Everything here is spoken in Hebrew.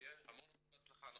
שיהיה המון בהצלחה.